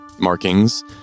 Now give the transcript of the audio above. markings